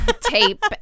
tape